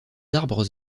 arbres